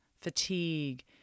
fatigue